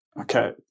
Okay